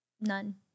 none